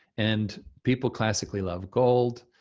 and people classically love gold,